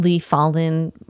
fallen